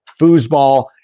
foosball